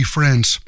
Friends